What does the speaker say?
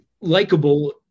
likable